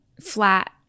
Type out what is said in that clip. flat